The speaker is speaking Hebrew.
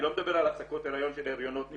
אני לא מדבר על הפסקות הריון של הריונות נפסדים,